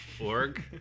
Org